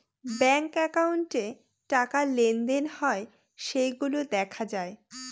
bank একাউন্টে টাকা লেনদেন হয় সেইগুলা দেখা যায়